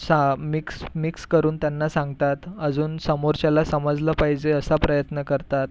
असा mix mix करून त्यांना सांगतात अजून समोरच्याला समजलं पाहिजे असा प्रयत्न करतात